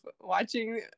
watching